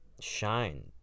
shine